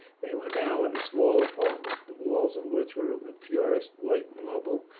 they were now in a small apartment, the walls of which were of the purest white marble,